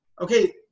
okay